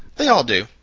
they all do.